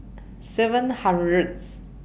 seven hundredth